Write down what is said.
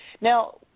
Now